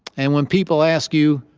and when people ask you,